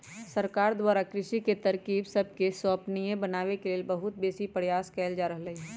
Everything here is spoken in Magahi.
सरकार द्वारा कृषि के तरकिब सबके संपोषणीय बनाबे लेल बहुत बेशी प्रयास कएल जा रहल हइ